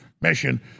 mission